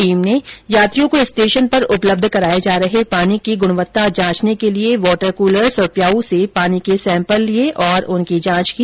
team ने यात्रियों को स्टेशन पर उपलब्ध कराए जा रहे पानी की गुणवत्ता जांचने के लिए वाटर कूलर्स और प्याऊ से पानी के सेम्पल लिए और उनकी जांच की